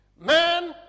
Man